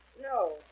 No